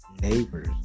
neighbors